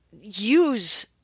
use